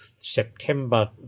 September